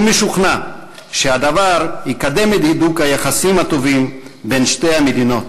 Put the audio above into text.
ומשוכנע שהדבר יקדם את הידוק היחסים הטובים בין שתי המדינות.